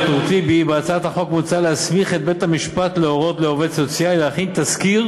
בהצעת החוק מוצע להסמיך את בית-המשפט להורות לעובד סוציאלי להכין תסקיר